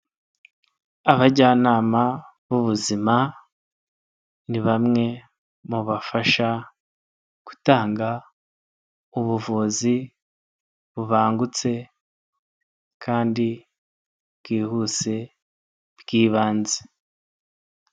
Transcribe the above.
Abajyanama b'ubuzima ni bamwe mu bafasha gutanga ubuvuzi bubangutse kandi bwihuse bw'ibanze.